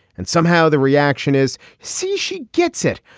and somehow the reaction is see she gets it.